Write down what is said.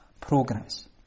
progress